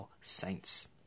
saints